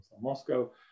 Moscow